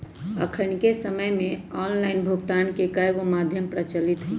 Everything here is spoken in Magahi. अखनिक समय में ऑनलाइन भुगतान के कयगो माध्यम प्रचलित हइ